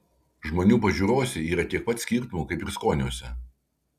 žmonių pažiūrose yra tiek pat skirtumų kaip ir skoniuose